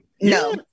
No